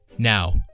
Now